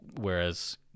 whereas